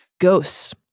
ghosts